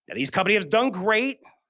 and these company has done great.